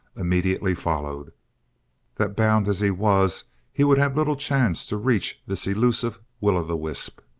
immediately followed that bound as he was he would have little chance to reach this elusive will-o'-the-wisp.